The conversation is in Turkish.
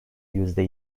yüzde